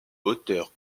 auteur